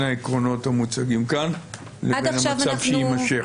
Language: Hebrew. העקרונות המוצגים כאן לבין המצב שיימשך.